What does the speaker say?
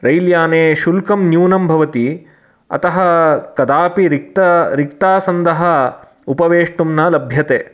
रैल्याने शुल्कं न्युनं भवति अतः कदापि रिक्त रिक्तासन्दः उपवेष्टुं न लभ्यते